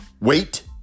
Wait